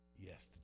Yes